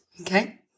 okay